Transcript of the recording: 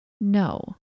No